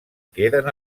queden